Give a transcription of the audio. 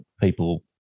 people